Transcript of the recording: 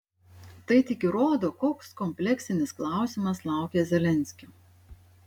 tai tik įrodo koks kompleksinis klausimas laukia zelenskio